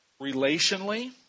relationally